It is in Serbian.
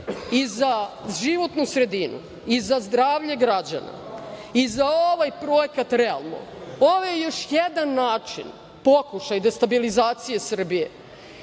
i za životnu sredinu, i za zdravlje građana, i za ovaj projekat realno. Ovo je još jedan način, pokušaj destabilizacije Srbije,